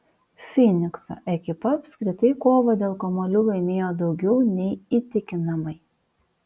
fynikso ekipa apskritai kovą dėl kamuolių laimėjo daugiau nei įtikinamai